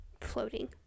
floating